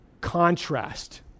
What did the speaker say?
contrast